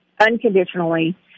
unconditionally